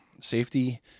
safety